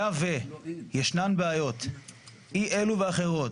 היה וישנן בעיות אי אלו ואחרות,